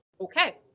okay